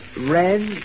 red